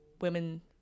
women